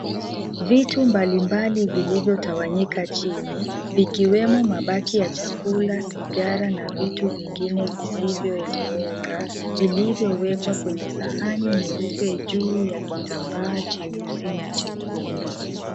Vitu mbalimbali vilivyotawanyika chini, vikiwemo mabaki ya chakula, sigara na vitu vingine visivyoeleweka, vilivyowekwa kwenye sahani nyeupe juu ya kitambaa cheusi na chekundu.